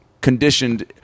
conditioned